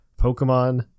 Pokemon